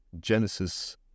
Genesis